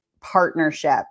partnership